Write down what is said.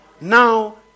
Now